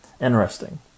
Interesting